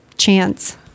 chance